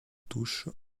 touchent